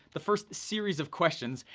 the first series of questions,